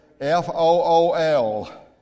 F-O-O-L